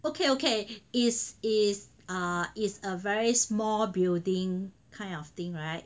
okay okay is is err is a very small building kind of thing [right]